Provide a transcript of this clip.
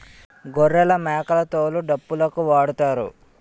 గొర్రెలమేకల తోలు డప్పులుకు వాడుతారు